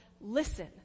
listen